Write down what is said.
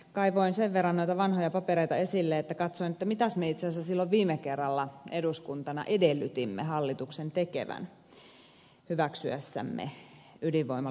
kaivoin sen verran noita vanhoja papereita esille että katsoin mitäs me itse asiassa silloin viime kerralla eduskuntana edellytimme hallituksen tekevän hyväksyessämme ydinvoiman lisärakentamista